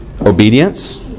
obedience